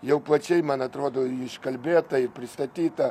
jau plačiai man atrodo iškalbėta ir pristatyta